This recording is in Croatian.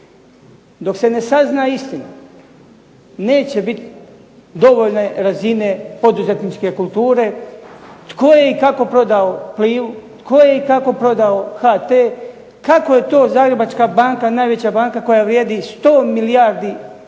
Dok se ne sazna istina neće biti dovoljne razine poduzetničke kulture tko je i kako prodao Plivu, tko je i kako prodao HT, kako je to Zagrebačka banka najveća banka koja vrijedi 100 milijardi kuna